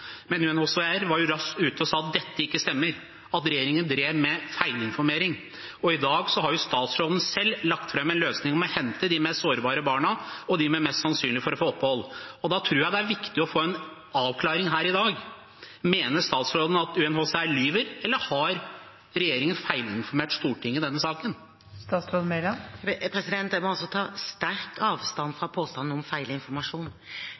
Men UNHCR var raskt ute og sa at dette ikke stemmer, at regjeringen drev med feilinformering. I dag har statsråden selv lagt fram en løsning om å hente de mest sårbare barna og dem med mest sannsynlighet for å få opphold. Da tror jeg det er viktig å få en avklaring her i dag. Mener statsråden at UNHCR lyver, eller har regjeringen feilinformert Stortinget i denne saken? Jeg må ta sterkt avstand